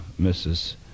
Mrs